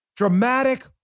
Dramatic